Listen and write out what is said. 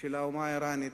של האומה האירנית,